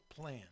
plan